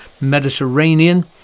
Mediterranean